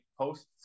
posts